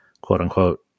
quote-unquote